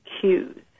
cues